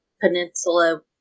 peninsula